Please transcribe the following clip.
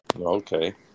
Okay